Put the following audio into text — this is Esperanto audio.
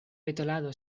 petolado